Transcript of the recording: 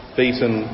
beaten